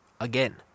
again